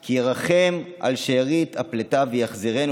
כי ירחם על שארית הפליטה ויחזירנו